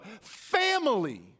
family